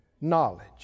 knowledge